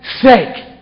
sake